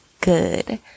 good